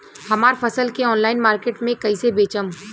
हमार फसल के ऑनलाइन मार्केट मे कैसे बेचम?